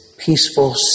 peaceful